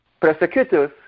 prosecutors